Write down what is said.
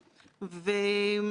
הוא בסיכומו של דבר